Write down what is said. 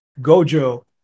Gojo